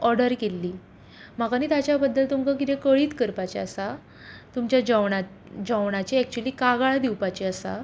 order केल्ली म्हाका न्ही ताच्या बद्दल तुमकां किदें कळीत करपाचें आसा तुमच्या जेवणा जेवणाचें एक्चुली कागाळ दिवपाची आसा